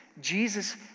Jesus